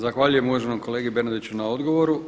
Zahvaljujem uvaženom kolegi Bernardiću na odgovoru.